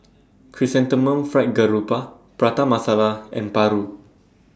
Chrysanthemum Fried Garoupa Prata Masala and Paru